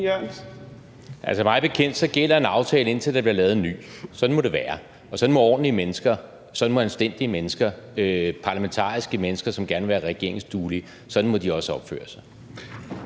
Altså, mig bekendt gælder en aftale, indtil der bliver lavet en ny. Sådan må det være, og sådan må ordentlige mennesker, anstændige mennesker, parlamentariske mennesker, som gerne vil være regeringsduelige, også opføre sig.